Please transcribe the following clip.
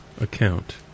account